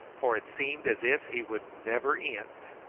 for it seemed as if he would never end.